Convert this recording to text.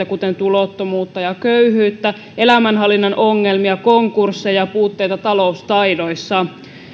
kuten tulottomuutta ja köyhyyttä elämänhallinnan ongelmia konkursseja puutteita taloustaidoissa